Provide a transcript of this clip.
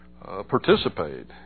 participate